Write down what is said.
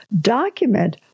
Document